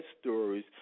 stories